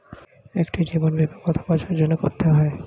একটি জীবন বীমা কত বছরের জন্য করতে হয়?